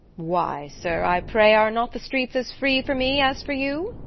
why, sir, i pray, are not the streets as free for me as for you?